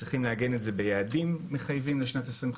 צריכים לעגן את זה ביעדים מחייבים לשנת 2050,